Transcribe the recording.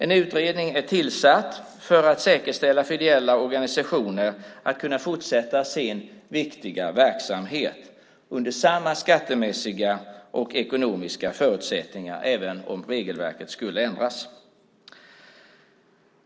En utredning är tillsatt för att säkerställa för ideella organisationer att dessa kan fortsätta sin viktiga verksamhet, då under samma skattemässiga och ekonomiska förutsättningar även om regelverket skulle ändras.